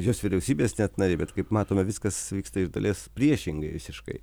jos vyriausybės nariai bet kaip matome viskas vyksta iš dalies priešingai visiškai